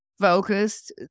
focused